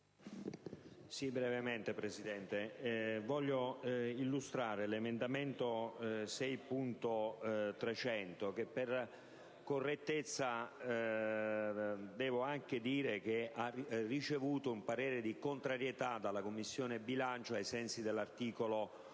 Signor Presidente, vorrei illustrare l'emendamento 6.300. Per correttezza, devo anche dire che ha ricevuto un parere contrario della Commissione bilancio ai sensi dell'articolo 81